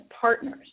partners